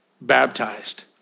baptized